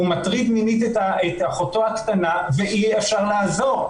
הוא מטריד מינית את אחותו הקטנה ואי אפשר לעזור.